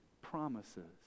Promises